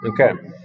Okay